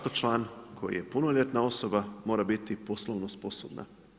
Zašto član koji je punoljetna osoba mora biti poslovno sposobna.